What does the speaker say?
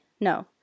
No